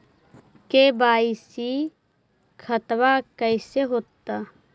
KYC खतबा कैसे होता?